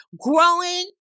Growing